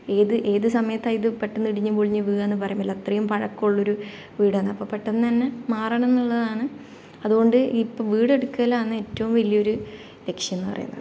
ഏത് ഏതു സമയത്താണ് ഇത് പെട്ടെന്ന് ഇടിഞ്ഞ് പൊളിഞ്ഞ് വീഴുക എന്ന് പറയാൻ പറ്റില്ല അത്രയും പഴക്കമുള്ളൊരു വീടാണ് അപ്പോൾ പെട്ടെന്ന് തന്നെ മാറണം എന്നുള്ളതാണ് അതുകൊണ്ട് ഇപ്പോൾ വീടെടുക്കലാന്ന് ഏറ്റവും വലിയൊര് ലക്ഷ്യം എന്ന് പറയുന്നത്